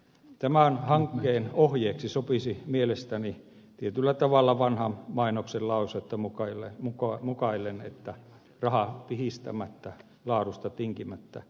tämän hankkeen ohjeeksi sopisi mielestäni tietyllä tavalla vanhan mainoksen lausetta mukaillen rahaa pihistämättä laadusta tinkimättä